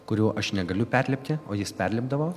kurių aš negaliu perlipti o jis perlipdavo